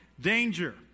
danger